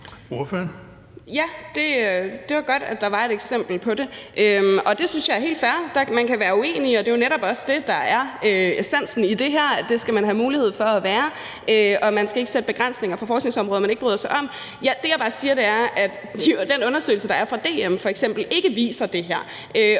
det var godt, at der var et eksempel på det. Det synes jeg er helt fair. Man kan være uenig, og det, der jo netop også er essensen i det her, er, at det skal man have mulighed for at være, og at man ikke skal sætte begrænsninger for forskningsområder, man ikke bryder sig om. Det, jeg bare siger, er, at den undersøgelse, der er